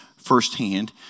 firsthand